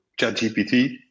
ChatGPT